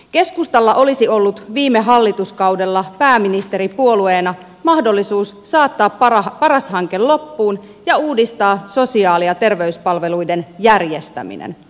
keskustalla olisi ollut viime hallituskaudella pääministeripuolueena mahdollisuus saattaa paras hanke loppuun ja uudistaa sosiaali ja terveyspalveluiden järjestäminen